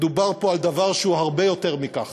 מדובר פה בדבר שהוא הרבה יותר מכך.